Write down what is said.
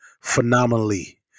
phenomenally